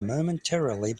momentarily